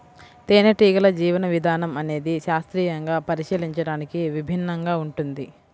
తేనెటీగల జీవన విధానం అనేది శాస్త్రీయంగా పరిశీలించడానికి విభిన్నంగా ఉంటుంది